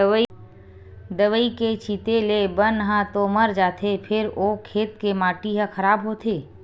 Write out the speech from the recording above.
दवई के छिते ले बन ह तो मर जाथे फेर ओ खेत के माटी ह खराब होथे